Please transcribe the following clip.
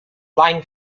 line